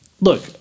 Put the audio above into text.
look